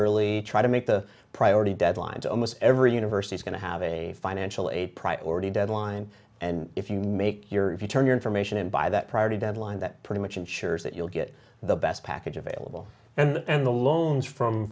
early try to make the priority deadlines almost every university is going to have a financial a priority deadline and if you make your if you turn your information in by that priority deadline that pretty much ensures that you'll get the best package available and the loans from